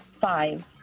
Five